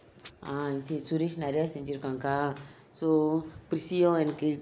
(uh huh) see suresh நிறைய செய்திருக்காங்க அக்கா:niraoya seythirukanga akka so prissy எனக்கு:enaku